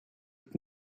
with